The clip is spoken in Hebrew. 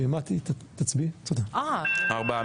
ארבעה.